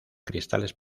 cristales